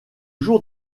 jour